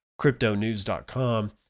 cryptonews.com